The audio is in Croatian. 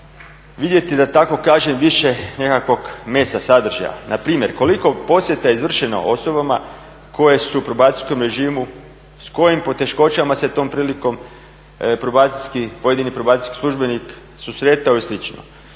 vidjeti da tako kažem više nekakvog mesa, sadržaja. Na primjer, koliko je posjeta izvršeno osobama koje su u probacijskom režimu, s kojim poteškoćama se tom prilikom probacijski, pojedini probacijski službenik susretao i